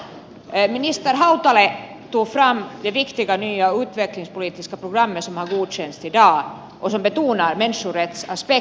minister hautala tog fram det viktiga nya utvecklingspolitiska programmet som har godkänts i dag och som betonar människorättsaspekten